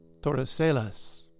Torreselas